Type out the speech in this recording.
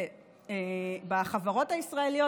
בחברות הישראליות.